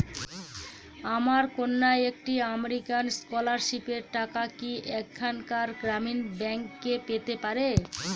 আমার কন্যা একটি আমেরিকান স্কলারশিপের টাকা কি এখানকার গ্রামীণ ব্যাংকে পেতে পারে?